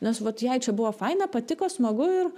nes vat jei čia buvo faina patiko smagu ir